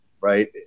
right